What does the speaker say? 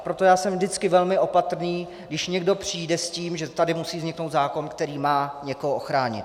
Proto já jsem vždycky velmi opatrný, když někdo přijde s tím, že tady musí vzniknout zákon, který má někoho ochránit.